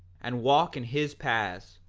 and walk in his paths,